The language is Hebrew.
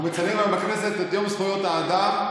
אנחנו מציינים היום בכנסת את יום זכויות האדם,